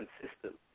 consistent